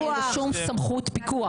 או האם זאת עמותת בת או מטעם?